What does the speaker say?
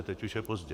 Teď už je pozdě.